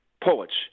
poets